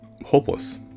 hopeless